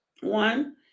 One